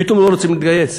פתאום לא רוצים להתגייס.